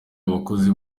abakozi